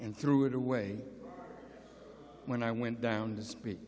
and threw it away when i went down to speak